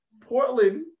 Portland